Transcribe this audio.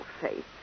faith